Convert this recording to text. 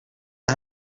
een